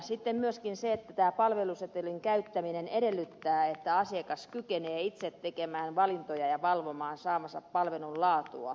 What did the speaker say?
sitten myöskin tämä palvelusetelin käyttäminen edellyttää että asiakas kykenee itse tekemään valintoja ja valvomaan saamansa palvelun laatua